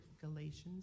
Galatians